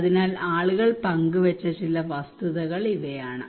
അതിനാൽ ആളുകൾ പങ്കുവെച്ച ചില വസ്തുതകൾ ഇവയാണ്